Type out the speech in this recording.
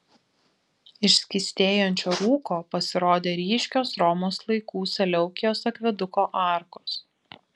iš skystėjančio rūko pasirodė ryškios romos laikų seleukijos akveduko arkos